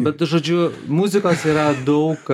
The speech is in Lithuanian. bet žodžiu muzikos yra daug